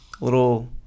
little